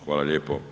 Hvala lijepo.